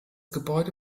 gebäude